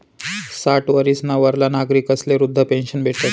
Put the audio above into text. साठ वरीसना वरला नागरिकस्ले वृदधा पेन्शन भेटस